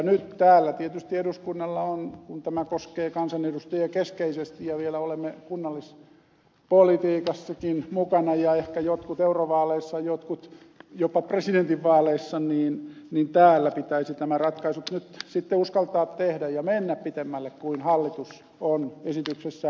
nyt tietysti täällä eduskunnassa kun tämä koskee kansanedustajia keskeisesti ja vielä olemme kunnallispolitiikassakin mukana ja ehkä jotkut eurovaaleissa jotkut jopa presidentinvaaleissa pitäisi nämä ratkaisut sitten uskaltaa tehdä ja mennä pitemmälle kuin hallitus on esityksessään mennyt